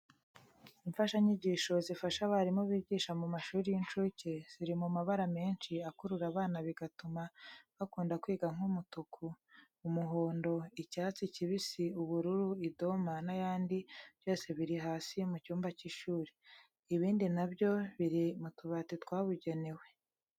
Imfashanyigisho zifasha abarimu bigisha mu mashuri y'incuke, ziri mu mabara menshi akurura abana bigatuma bakunda kwiga nk'umutuku, umuhondo, icyatsi kibisi, ubururu, idoma n'ayandi byose biri hasi mu cyumba cy'ishuri. Ibindi na byo biri mu tubati twabugenewe.